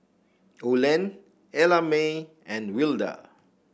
Olen Ellamae and Wilda